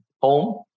home